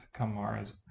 Kamara's